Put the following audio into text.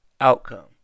outcome